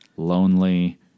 Lonely